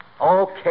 Okay